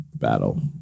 Battle